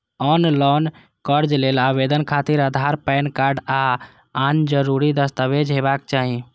ऑनलॉन कर्ज लेल आवेदन खातिर आधार, पैन कार्ड आ आन जरूरी दस्तावेज हेबाक चाही